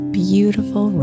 beautiful